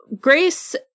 Grace